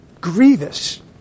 grievous